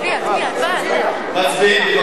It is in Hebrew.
מצביעים.